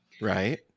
Right